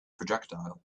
projectile